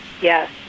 Yes